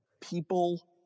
People